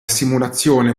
simulazione